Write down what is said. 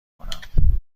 کنم